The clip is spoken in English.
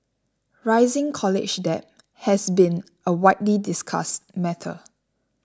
rising college debt has been a widely discussed matter